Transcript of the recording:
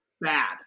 bad